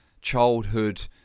childhood